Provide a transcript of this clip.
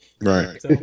Right